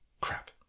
Crap